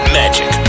magic